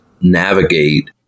navigate